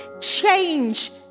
change